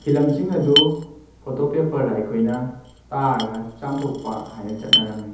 ꯐꯤꯂꯝꯁꯤꯡ ꯑꯗꯨ ꯐꯣꯇꯣ ꯄꯦꯄꯔꯗ ꯑꯩꯈꯣꯏꯅ ꯇꯥꯔꯒ ꯆꯥꯝꯊꯣꯛꯄ ꯍꯥꯏꯅ ꯆꯠꯅꯔꯝꯃꯤ